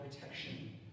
protection